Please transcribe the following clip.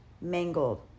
mangled